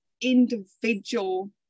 individual